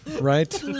right